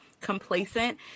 complacent